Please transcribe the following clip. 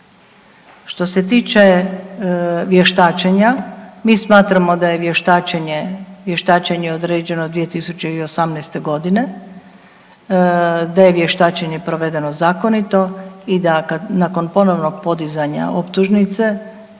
Što se tiče vještačenja mi smatramo da je vještačenje, vještačenje je određeno 2018. godine, da je vještačenje provedeno zakonito i da kad nakon ponovnog podizanja optužnice